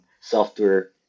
software